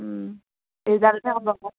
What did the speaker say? ৰিজাল্টেহে হ'ব আকৌ